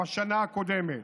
בשנה הקודמת.